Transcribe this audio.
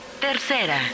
Tercera